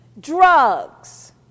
drugs